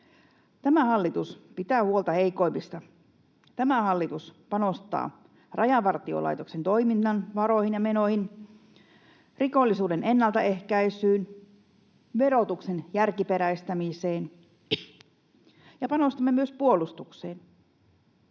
Tämä hallitus pitää huolta heikoimmista. Tämä hallitus panostaa Rajavartiolaitoksen toiminnan varoihin ja menoihin, rikollisuuden ennaltaehkäisyyn, verotuksen järkiperäistämiseen, ja panostamme myös puolustukseen